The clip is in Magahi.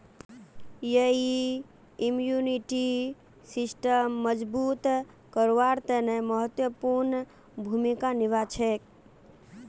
यई इम्यूनिटी सिस्टमक मजबूत करवार तने महत्वपूर्ण भूमिका निभा छेक